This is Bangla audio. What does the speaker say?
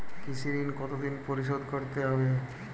কৃষি ঋণ কতোদিনে পরিশোধ করতে হবে?